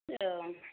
औ